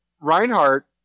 Reinhardt